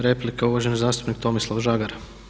Replika, uvaženi zastupnik Tomislav Žagar.